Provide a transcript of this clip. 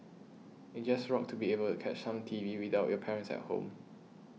it just rocked to be able to catch some T V without your parents at home